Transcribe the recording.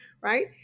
right